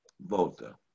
Volta